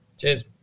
Cheers